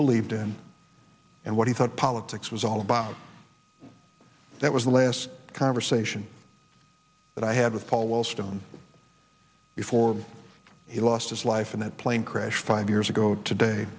believed in and what he thought politics was all about that was the last conversation that i had with paul wellstone before he lost his life in that plane crash five years ago today